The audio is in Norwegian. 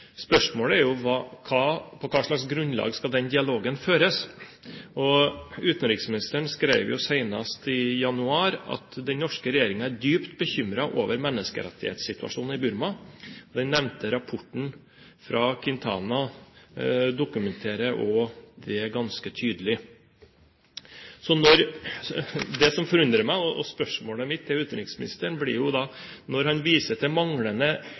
Spørsmålet er jo: På hvilket grunnlag skal den dialogen føres? Utenriksministeren skrev senest i januar at den norske regjeringen er dypt bekymret over menneskerettighetssituasjonen i Burma. Den nevnte rapporten fra Quintana dokumenterer også det ganske tydelig. Så spørsmålet mitt til utenriksministeren. Når han viser til manglende internasjonal støtte for en kommisjon, er jo det